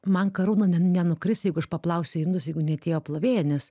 man karūna ne nenukris jeigu aš paplausiu indus jeigu neatėjo plovėja nes